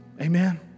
Amen